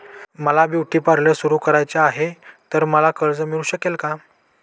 मला beauty parlour सुरू करायचे आहे तर मला कर्ज मिळू शकेल का?